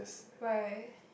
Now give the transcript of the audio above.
why